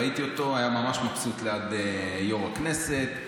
ראיתי אותו, היה ממש מבסוט, ליד יו"ר הכנסת.